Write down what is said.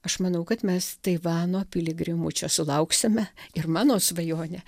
aš manau kad mes taivano piligrimų čia sulauksime ir mano svajonė